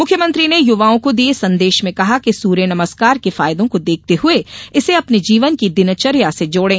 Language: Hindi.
मुख्यमंत्री ने युवाओं को दिये संदेश में कहा कि सूर्य नमस्कार के फायदों को देखते हुए इसे अपने जीवन की दिनचर्या से जोड़ें